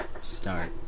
Start